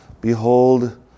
Behold